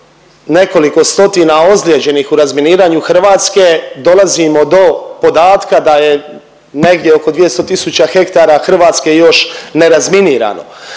nekoliko stotina ozlijeđenih u razminiranju Hrvatske dolazimo do podatka da je negdje oko 200 tisuća hektara Hrvatske još nerazminirano.